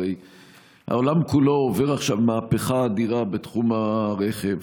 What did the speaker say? הרי העולם כולו עובר עכשיו מהפכה אדירה בתחום הרכב,